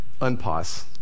unpause